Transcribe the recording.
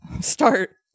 start